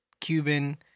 Cuban